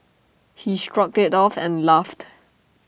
he shrugged IT off and laughed